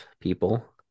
people